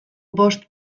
bost